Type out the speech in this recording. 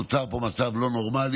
נוצר פה מצב לא נורמלי.